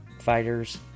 fighters